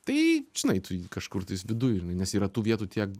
tai žinai tu kažkur tai viduj nes yra tų vietų tiek